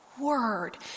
word